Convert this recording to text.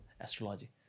astrology